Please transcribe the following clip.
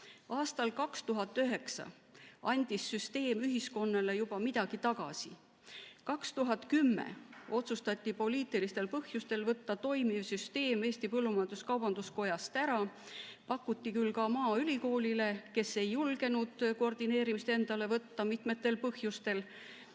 Aastal 2009 andis süsteem ühiskonnale juba midagi tagasi. Aastal 2010 otsustati poliitilistel põhjustel võtta toimiv süsteem Eesti Põllumajandus-Kaubanduskojalt ära. Pakuti küll ka maaülikoolile, kes ei julgenud mitmetel põhjustel